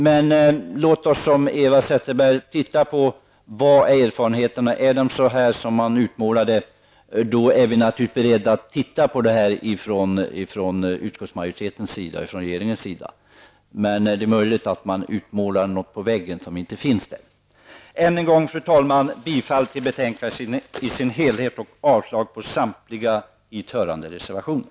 Men låt oss, Eva Zetterberg, se hur erfarenheten verkligen är. Är den som den utmålas är regeringen naturligtvis beredd att se på frågan. Men det är möjligt att man målar på ett sätt som inte motsvarar verkligheten. Än en gång, fru talman, yrkar jag bifall till utskottets förslag och avslag på samtliga reservationer.